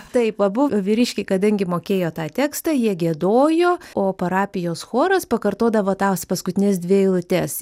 taip abu vyriškiai kadangi mokėjo tą tekstą jie giedojo o parapijos choras pakartodavo tas paskutines dvi eilutes